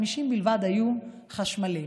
50 בלבד היו חשמליים.